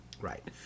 Right